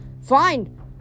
Fine